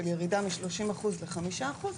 של ירידה מ-30% ל-5%,